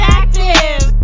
active